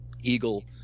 eagle